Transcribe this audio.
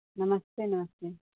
नमस्ते नमस्ते